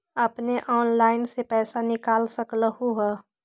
अपने ऑनलाइन से पईसा निकाल सकलहु ह?